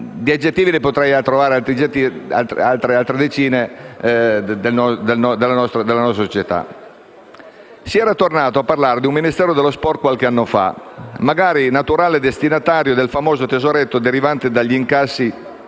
più aggreganti (e potrei trovare altre decine di aggettivi) della nostra società. Si era tornati a parlare di un Ministero per lo sport qualche anno fa, magari naturale destinatario del famoso tesoretto derivante dagli incassi